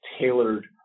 tailored